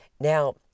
Now